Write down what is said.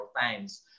times